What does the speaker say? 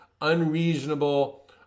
unreasonable